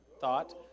thought